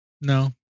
no